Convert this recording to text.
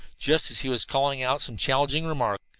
just as he was calling out some challenging remark,